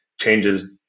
changes